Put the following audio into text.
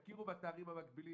תכירו בתארים המקבילים,